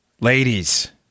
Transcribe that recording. ladies